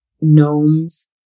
gnomes